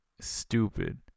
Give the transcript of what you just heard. Stupid